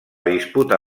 disputa